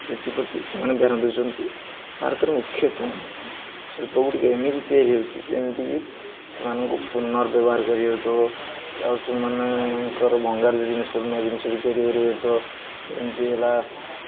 ସେଥିପ୍ରତି ସେମାନେ ଧ୍ୟାନ ଦେଉଛନ୍ତି ଭାରତର ମୁଖ୍ୟତଃ ଶିଳ୍ପ ଗୁଡ଼ିକ ଏମିତି ତିଆରି ହେଉଛି ଯେମିତିକି ସେମାନଙ୍କୁ ପୁନର୍ବ୍ୟବହାର କରି ହେଉଥିବ ଆଉ ସେମାନଙ୍କର ଯେଉଁ ଜିନିଷ ନୂଆ ଜିନିଷ ବି ତିଆରି କରିହଉଥିବ ଏମିତି ହେଲା